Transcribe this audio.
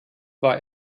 war